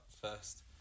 first